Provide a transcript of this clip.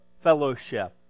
fellowship